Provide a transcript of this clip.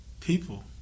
people